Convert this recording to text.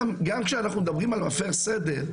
גם כשאנחנו מדברים על מפר סדר,